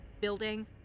building